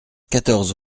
quatorze